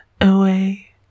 away